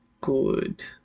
Good